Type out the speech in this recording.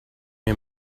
mir